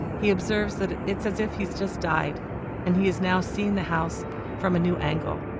he observes that it's as if he's just died and he is now seeing the house from a new angle